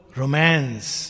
romance